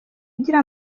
ugira